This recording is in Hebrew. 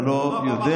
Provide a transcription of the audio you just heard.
אתה לא יודע.